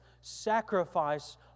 sacrifice